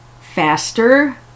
faster